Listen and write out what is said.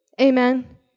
Amen